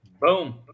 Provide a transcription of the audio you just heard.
Boom